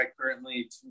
currently